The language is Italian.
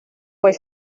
puoi